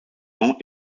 ans